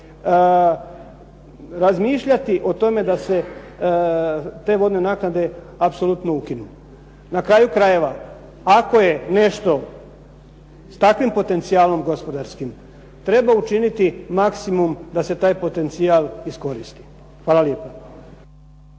razmišljati o tome da se te vodne naknade apsolutno ukinu. Na kraju krajeva ako je nešto s takvim potencijalom gospodarskim, treba učiniti maksimum da se taj potencijal iskoristi. Hvala lijepa.